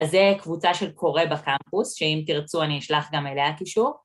אז זו קבוצה של קורא בקמפוס, שאם תרצו אני אשלח גם אליה קישור.